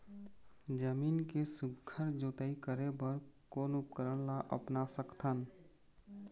जमीन के सुघ्घर जोताई करे बर कोन उपकरण ला अपना सकथन?